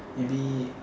maybe